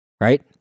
right